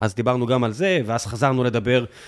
אז דיברנו גם על זה, ואז חזרנו לדבר.